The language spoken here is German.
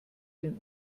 den